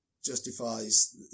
justifies